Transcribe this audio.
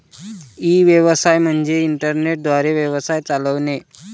E व्यवसाय म्हणजे internet द्वारे व्यवसाय चालवणे